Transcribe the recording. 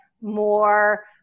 more